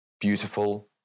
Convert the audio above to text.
beautiful